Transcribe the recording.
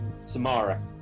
samara